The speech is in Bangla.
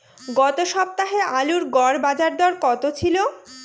গত সপ্তাহে আলুর গড় বাজারদর কত ছিল?